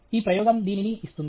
ఈ ప్రయోగం దీనిని ఇస్తుంది